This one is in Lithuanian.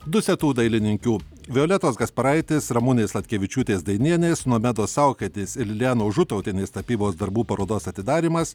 dusetų dailininkių violetos gasparaitis ramunės sladkevičiūtės dainienės nomedos saukietės elenos žutautienės tapybos darbų parodos atidarymas